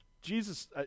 Jesus